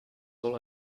all